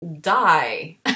die